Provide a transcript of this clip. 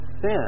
sin